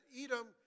Edom